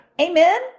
Amen